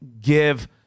give